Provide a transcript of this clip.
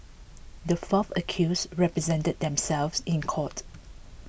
the four accused represented themselves in court